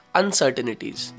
uncertainties